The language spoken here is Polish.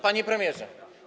Panie Premierze!